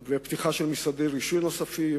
פתיחת משרדי רישוי נוספים,